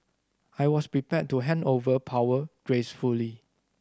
I was prepared to hand over power gracefully